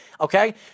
okay